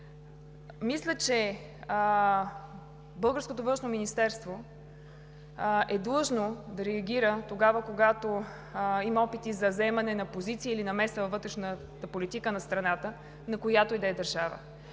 министерство е длъжно да реагира, когато има опити за вземане на позиция или намеса във вътрешната политика на страната, на която и да е държава,